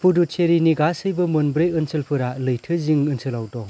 पुडुचेरीनि गासैबो मोनब्रै ओनसोलफोरा लैथोजिं ओनसोलाव दं